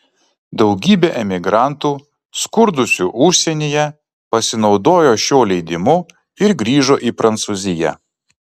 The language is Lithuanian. daugybė emigrantų skurdusių užsienyje pasinaudojo šiuo leidimu ir grįžo į prancūziją